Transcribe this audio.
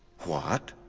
what?